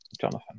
Jonathan